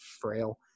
frail